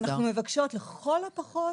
אנחנו מבקשות לכל הפחות